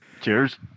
Cheers